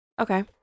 okay